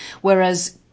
whereas